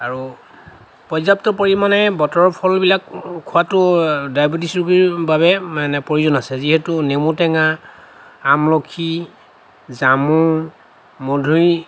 আৰু পৰ্যাপ্ত পৰিমাণে বতৰৰ ফলবিলাক খোৱাটো ডায়েবেটিছ ৰোগীৰ বাবে মানে প্ৰয়োজন আছে যিহেতু নেমু টেঙা আমলখি জামু মধুৰি